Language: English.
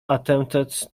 attempted